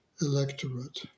electorate